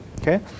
Okay